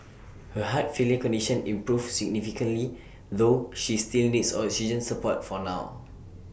her heart failure condition improved significantly though she still needs oxygen support for now